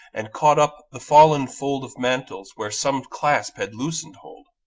and caught up the fallen fold of mantles where some clasp had loosened hold,